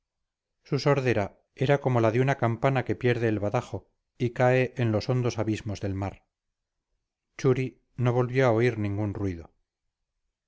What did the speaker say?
su sordera era como la de una campana que pierde el badajo y cae en los hondos abismos del mar churi no volvió a oír ningún ruido